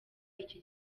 iki